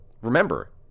remember